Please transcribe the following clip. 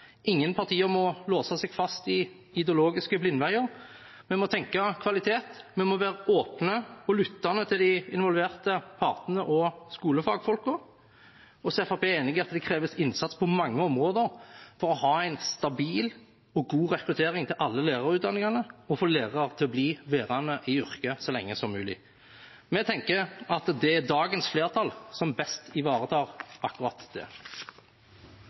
Ingen partier må låse seg fast i ideologiske blindveier. Vi må tenke kvalitet, vi må være åpne og lyttende til de involverte partene og skolefagfolkene. Fremskrittspartiet er enig i at det trengs innsats på mange områder for å ha en stabil og god rekruttering til alle lærerutdanningene og få lærere til å bli værende i yrket så lenge som mulig. Vi tenker at det er dagens flertall som best ivaretar akkurat det.